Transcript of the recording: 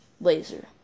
laser